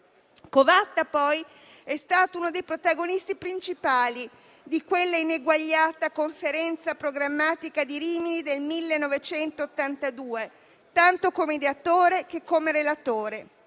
Covatta è stato inoltre uno dei protagonisti principali di quella ineguagliata Conferenza programmatica di Rimini del 1982, tanto come ideatore che come relatore.